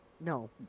No